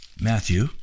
Matthew